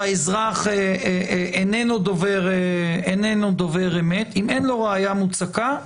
שהאזרח איננו דובר אמת אם אין לו ראיה מוצקה,